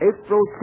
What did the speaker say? April